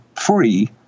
free